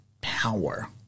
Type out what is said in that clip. power